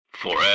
Forever